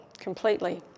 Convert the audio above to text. completely